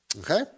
okay